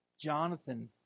Jonathan